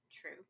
True